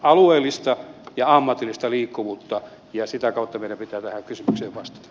alueellista ja ammatillista liikkuvuutta ja sitä kautta meidän pitää tähän kysymykseen vastata